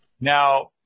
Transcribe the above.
Now